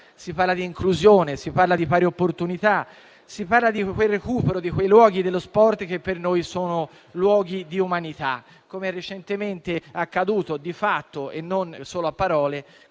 comunità, di inclusione, di pari opportunità e del recupero di quei luoghi dello sport che per noi sono luoghi di umanità, come è recentemente accaduto di fatto, e non solo a parole,